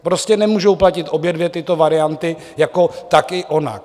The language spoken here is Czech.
Prostě nemůžou platit obě dvě tyto varianty jako tak i onak.